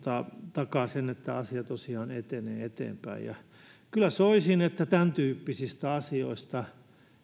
takaa sen että asia tosiaan etenee eteenpäin kyllä soisin että tämäntyyppisiä asioita